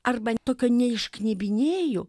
arba tokio neišknebinėju